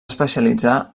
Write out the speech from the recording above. especialitzar